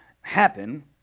happen